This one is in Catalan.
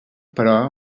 però